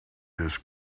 this